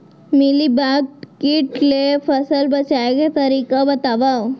Mealybug किट ले फसल बचाए के तरीका बतावव?